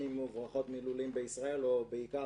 בין אם הן מוברחות מלולים בישראל ובעיקר